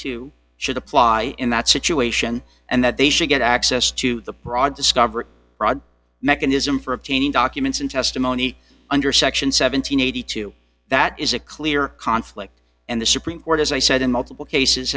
two should apply in that situation and that they should get access to the broad discovery mechanism for obtaining documents and testimony under section seven hundred and eighty two dollars that is a clear conflict and the supreme court as i said in multiple cases